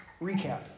Recap